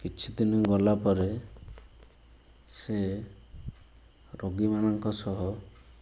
କିଛିଦିନି ଗଲା ପରେ ସେ ରୋଗୀମାନଙ୍କ ସହ